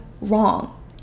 wrong